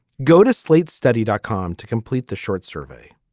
go to slate's study dot com to complete the short survey.